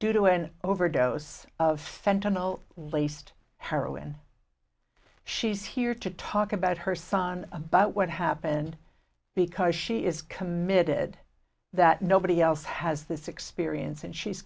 due to an overdose of fentanyl laced heroin she's here to talk about her son about what happened because she is committed that nobody else has this experience and she's